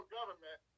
government